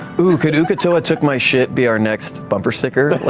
ooh, could uk'otoa took my shit be our next bumper sticker?